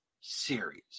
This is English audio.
series